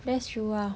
that's true ah